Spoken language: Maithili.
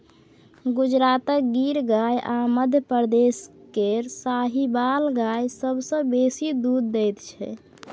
गुजरातक गिर गाय आ मध्यप्रदेश केर साहिबाल गाय सबसँ बेसी दुध दैत छै